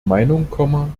meinung